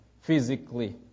physically